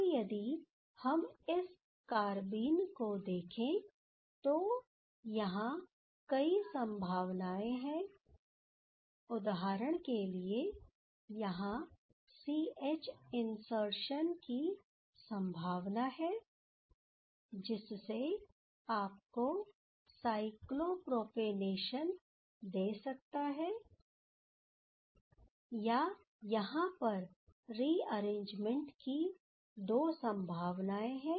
अब यदि हम इस कारबीन को देखें तो यहां कई संभावनाएं हैं उदाहरण के यहां सी एच इनसर्शन की संभावना है जिससे आपको साइक्लोप्रोपानेशन दे सकता है या यहां पर रिअरेंजमेंट की दो संभावनाएं हैं